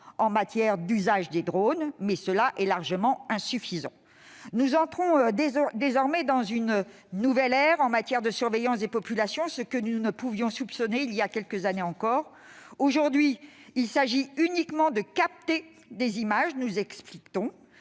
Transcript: en matière d'usage des drones, mais cela est largement insuffisant. Nous entrons désormais dans une nouvelle ère en matière de surveillance des populations, ce que nous ne pouvions soupçonner voilà encore quelques années. Aujourd'hui, il s'agit uniquement de « capter des images », nous explique-t-on.